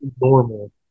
normal